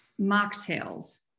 Mocktails